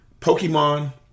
Pokemon